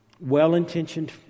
Well-intentioned